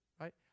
right